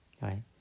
right